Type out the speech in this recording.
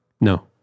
No